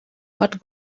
what